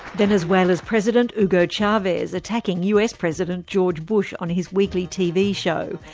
venezuela's president, hugo chavez, attacking us president george bush on his weekly tv show.